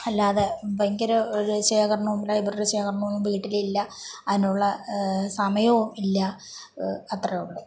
അല്ലാതെ ഭയങ്കര ഒര് ശേഖരണവും ലൈബ്രറി ശേഖരണമൊന്നും വീട്ടിലില്ല അതിനുള്ള സമയവും ഇല്ല അത്രേ ഉള്ളു